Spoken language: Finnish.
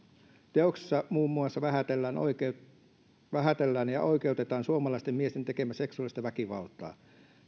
teoksessa muun muassa vähätellään ja oikeutetaan suomalaisten miesten tekemää seksuaalista väkivaltaa